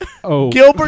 Gilbert